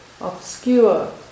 obscure